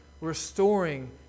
restoring